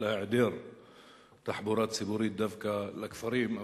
אלא על היעדר תחבורה ציבורית דווקא לכפרים.